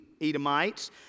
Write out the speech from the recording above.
Edomites